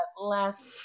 last